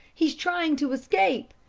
he's trying to escape.